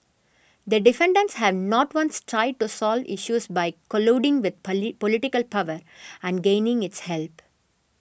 the defendants have not once tried to solve issues by colluding with political power and gaining its help